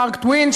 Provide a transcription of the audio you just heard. מארק טוויין,